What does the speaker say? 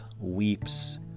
weeps